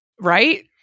Right